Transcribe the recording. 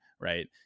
right